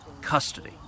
custody